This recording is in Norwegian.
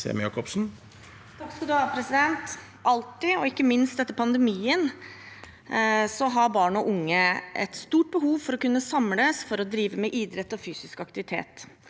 (Sp) Alltid, og ikke minst etter pandemien, har barn og unge et stort behov for å kunne samles for å drive med idrett og fysisk aktivitet.